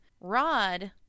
Rod